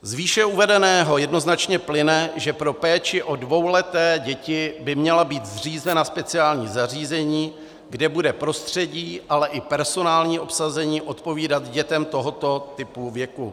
Z výše uvedeného jednoznačně plyne, že pro péči o dvouleté děti by měla být zřízena speciální zařízení, kde bude prostředí, ale i personální obsazení odpovídat dětem tohoto typu věku.